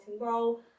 role